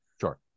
Sure